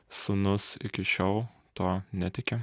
sūnus iki šiol tuo netiki